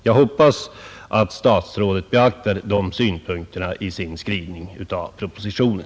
Jag hoppas att herr statsrådet beaktar dessa synpunkter vid skrivningen av propositionen.